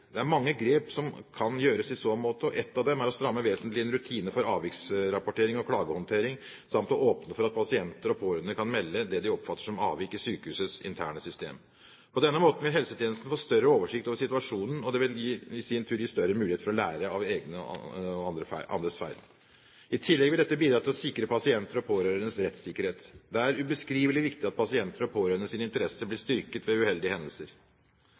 Det er mange grep som kan gjøres i så måte, og ett av dem er å stramme vesentlig inn rutiner for avviksrapportering og klagehåndtering, samt å åpne for at pasienter og pårørende kan melde det de oppfatter som avvik i sykehusets interne system. På denne måten vil helsetjenesten få større oversikt over situasjonen, og det vil i sin tur gi større muligheter for å lære av egne og andres feil. I tillegg vil dette bidra til å sikre pasienters og pårørendes rettssikkerhet. Det er ubeskrivelig viktig at pasienters og pårørendes interesser blir styrket ved uheldige hendelser.